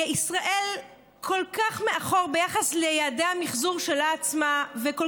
ישראל כל כך מאחור ביחס ליעדי המִחזור שלה עצמה וכל